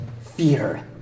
fear